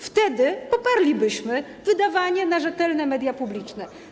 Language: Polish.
Wtedy poparlibyśmy wydawanie środków na rzetelne media publiczne.